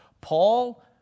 Paul